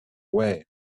away